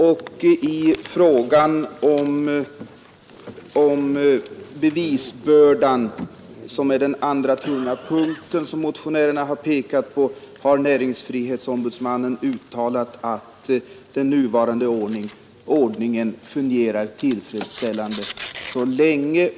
Beträffande frågan om bevisbördan, som är den andra tunga punkten som motionärerna pekat på, har näringsfrihetsombudsmannen uttalat att den nuvarande ordningen fungerar tillfredsställande.